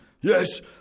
Yes